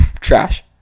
trash